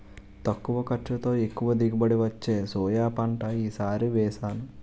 తక్కువ ఖర్చుతో, ఎక్కువ దిగుబడి వచ్చే సోయా పంట ఈ సారి వేసాను